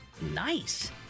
nice